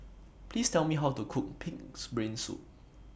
Please Tell Me How to Cook Pig'S Brain Soup